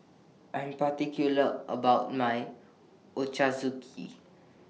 I'm particular about My Ochazuke